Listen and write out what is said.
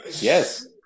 yes